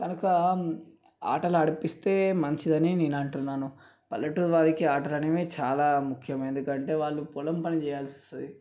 కనుక ఆటలు ఆడిపిస్తే మంచిదని నేను అంటున్నాను పల్లెటూరి వాళ్ళకి ఆటలు అనేవి చాలా ముఖ్యం ఎందుకంటే వాళ్ళు పొలం పని చేయాల్సి వస్తుంది